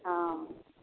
हँ